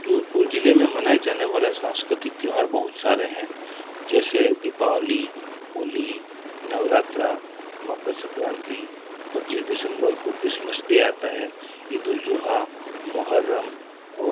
जोधपुर जिले में मनाए जाने वाला सांस्कृतिक त्यौहार बहुत सारे हैं जैसे दीपावली होली नवरात्रा मकर सक्रांति पच्चीस दिसंबर को क्रिसमस डे आता है ईद उल जुहा मुहर्रम और